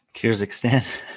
Kyrgyzstan